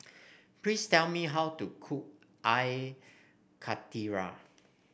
please tell me how to cook I Karthira